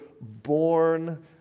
born